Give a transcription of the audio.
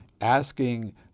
Asking